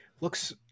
Looks